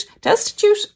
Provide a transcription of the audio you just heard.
destitute